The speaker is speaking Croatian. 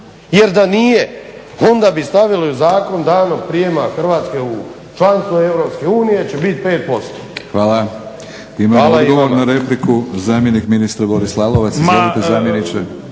Jer da nije onda bi stavili u zakon danom prijema Hrvatske u članstvo EU će bit 5%. **Batinić, Milorad (HNS)** Hvala. Imamo i odgovor na repliku, zamjenik ministra Boris Lalovac.